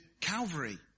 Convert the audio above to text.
Calvary